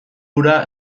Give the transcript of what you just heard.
hura